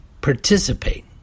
participate